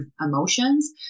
emotions